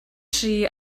tri